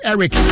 Eric